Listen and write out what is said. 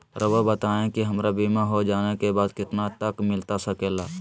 रहुआ बताइए कि हमारा बीमा हो जाने के बाद कितना तक मिलता सके ला?